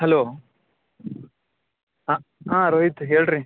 hello ಹಾಂ ಹಾಂ ರೋಹಿತ ಹೇಳ್ರಿ